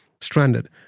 Stranded